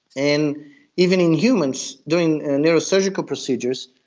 and even in humans doing neurosurgical procedures.